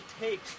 take